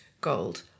gold